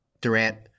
Durant